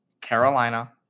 Carolina